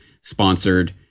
sponsored